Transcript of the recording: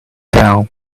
down